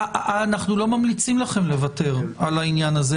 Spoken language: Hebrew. אנחנו לא ממליצים לכם לוותר על העניין הזה.